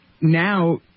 now